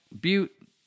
Butte